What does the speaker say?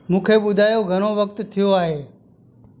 मूंखे ॿुधायो घणो वक़्ति थियो आहे